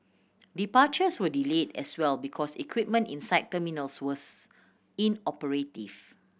departures were delayed as well because equipment inside terminals was inoperative